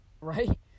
right